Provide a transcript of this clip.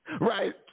Right